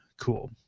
Cool